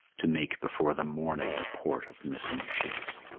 to make before the morning the port of missing ships,